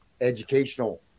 educational